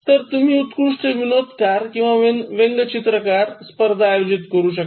तर तुम्ही उत्कृष्ट विनोदकार किंवा व्यंगचित्रकार स्पर्धा आयोजित करू शकता